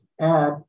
add